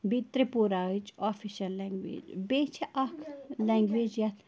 بیٚیہِ تِرٛپوٗراہٕچ official language بیٚیہِ چھِ اَکھ لینٛگویج یَتھ